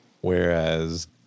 whereas